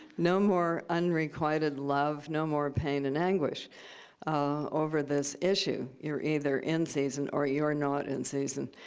no more unrequited love. no more pain and anguish over this issue. you're either in season or you're not in season.